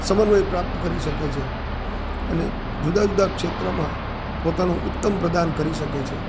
સમન્વય પ્રાપ્ત કરી શકે છે અને જુદા જુદા ક્ષેત્રોમાં પોતાનું ઉત્તમ પ્રદાન કરી શકે છે